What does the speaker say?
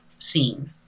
scene